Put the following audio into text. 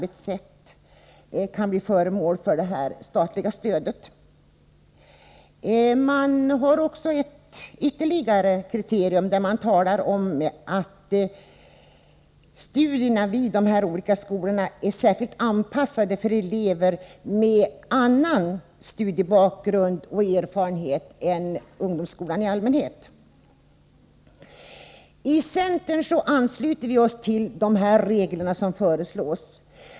Ett ytterligare kriterium som nämns är om studierna är särskilt anpassade för elever med annan studiebakgrund och erfarenhet än ungdomsskolan i allmänhet. I centern ansluter vi oss till de regler som föreslås.